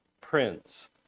Prince